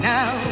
Now